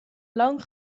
lang